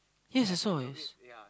yes I saw yes